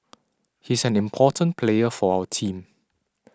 he's an important player for our team